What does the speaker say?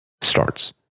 starts